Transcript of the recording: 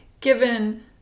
given